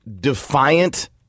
defiant